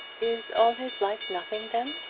is all his life nothing, then?